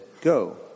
Go